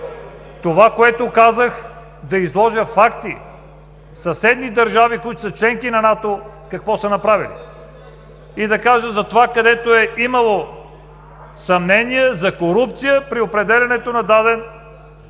Това, което казах, беше да изложа факти съседни държави, които са членки на НАТО, какво са направили. И да кажа затова, където е имало съмнения за корупция при определянето на даден купувач.